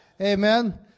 Amen